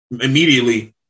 immediately